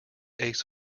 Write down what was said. ace